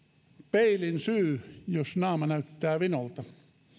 peilin syy jos naama näyttää vinolta